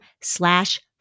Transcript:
slash